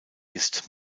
ist